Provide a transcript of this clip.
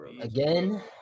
Again